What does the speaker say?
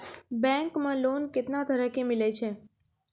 Bank मे loan कैतना तरह के मिलै छै?